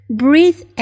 breathe